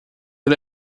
ele